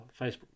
facebook